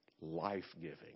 life-giving